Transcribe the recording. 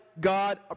God